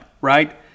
right